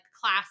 class